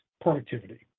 productivity